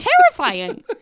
terrifying